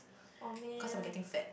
oh man